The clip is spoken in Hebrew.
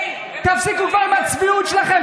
תפסיקו כבר עם הצביעות שלכם.